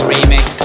Remix